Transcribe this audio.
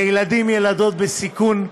לילדים וילדות בסיכון,